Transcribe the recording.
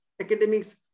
academics